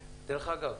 אגב,